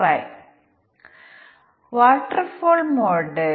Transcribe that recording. ഇനി നമുക്ക് ഒരു ഉദാഹരണം നോക്കാം